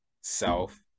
self